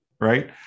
right